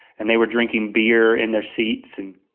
and they were drinking beer in their seats, and,